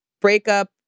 breakup